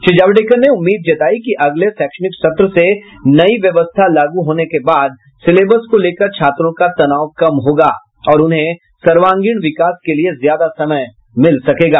श्री जावडेकर ने उम्मीद जताई की अगले शैक्षणिक सत्र से नई व्यवस्था लागू होने के बाद सिलेबस को लेकर छात्रों का तनाव कम होगा और उन्हें सर्वांगीण विकास के लिए ज्यादा समय मिल सकेगा